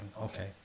okay